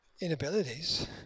Inabilities